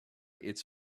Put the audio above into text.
its